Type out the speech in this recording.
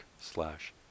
slash